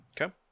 Okay